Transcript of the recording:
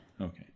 Okay